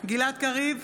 גלעד קריב,